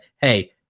hey